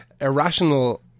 Irrational